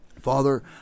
Father